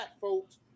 folks